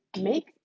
make